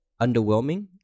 underwhelming